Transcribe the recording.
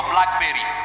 Blackberry